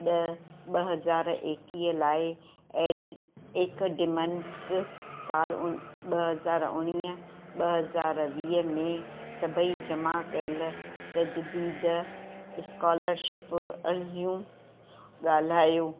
ॾह ॿ हज़ार एकीअ लाइ ऐड एकडिमिनक सालु उ ॿ हज़ार उणिवीह ॿ हज़ार वीह में सभई जमा कयलु तजदीद स्कॉर्शिप अर्ज़ियूं गाल्हायो